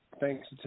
Thanks